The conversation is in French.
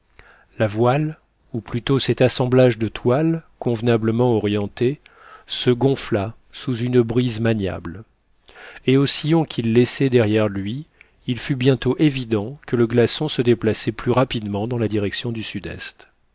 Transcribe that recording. la voile ou plutôt cet assemblage de toiles convenablement orientée se gonfla sous une brise maniable et au sillon qu'il laissait derrière lui il fut bientôt évident que le glaçon se déplaçait plus rapidement dans la direction du sud-est